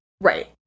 Right